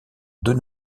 deux